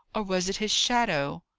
or was it his shadow?